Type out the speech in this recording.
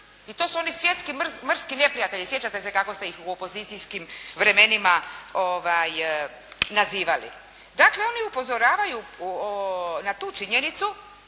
i to su oni svjetski mrski neprijatelji, sjećate se kako ste ih u opozicijskim vremenima nazivali. Dakle oni upozoravaju na tu činjenicu,